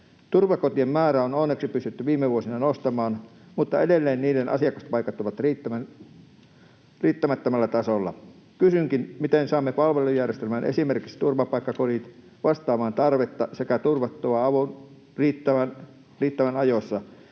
Turvakotien määrää on onneksi pystytty viime vuosina nostamaan, mutta edelleen niiden asiakaspaikat ovat riittämättömällä tasolla. Kysynkin: Miten saamme palvelujärjestelmän, esimerkiksi turvakotipaikat, vastaamaan tarvetta sekä turvattua avun riittävän ajoissa?